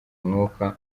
umwuka